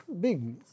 big